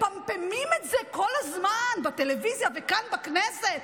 מפמפמים את זה כל הזמן בטלוויזיה וכאן בכנסת.